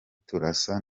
turasa